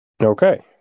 Okay